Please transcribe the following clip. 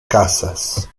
casas